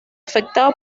afectado